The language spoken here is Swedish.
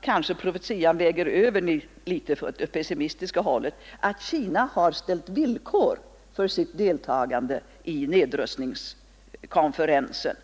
kanske därför profetian väger över litet åt det pessimistiska hållet — att Kina har ställt villkor för sitt deltagande i nedrustningskonferensen.